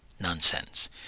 nonsense